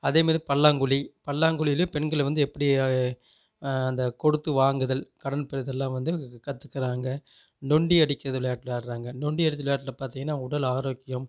அதேமாதிரி பல்லாங்குழி பல்லாங்குழிலே பெண்களை வந்து எப்படி அந்த கொடுத்து வாங்குதல் கடன் பெறுதெல்லாம் வந்து கற்றுக்கிறாங்க நொண்டியடிக்கிறது விளையாட்டு விளையாடுறாங்க நொண்டியடித்தல் விளையாட்டில் பாத்திங்கனா உடல் ஆரோக்கியம்